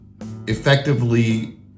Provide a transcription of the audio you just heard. effectively